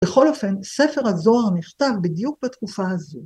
בכל אופן, ספר הזוהר נכתב בדיוק בתקופה הזו.